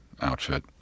outfit